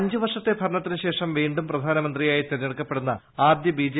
അഞ്ചുവർഷത്തെ ഭരണത്തിനു ശേഷ് പ്ലീണ്ടും പ്രധാനമന്ത്രിയായി തിരഞ്ഞെടുക്കപ്പെടുന്ന ആദ്യ ബിക്ജ്